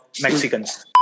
Mexicans